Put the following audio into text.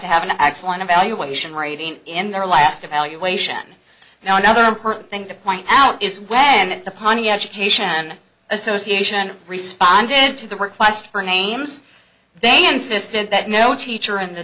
to have an excellent evaluation rating in their last evaluation now another important thing to point out is where and upon the education association responded to the request for names they insisted that no teacher in the